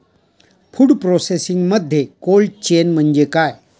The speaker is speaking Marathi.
फूड प्रोसेसिंगमध्ये कोल्ड चेन म्हणजे काय?